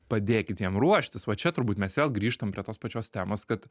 padėkit jiem ruoštis va čia turbūt mes vėl grįžtam prie tos pačios temos kad